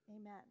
Amen